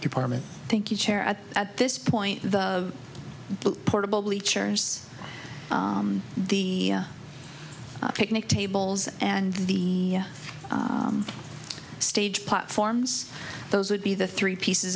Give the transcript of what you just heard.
department thank you chair and at this point the portable bleachers the picnic tables and the stage platforms those would be the three pieces